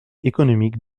économique